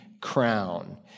crown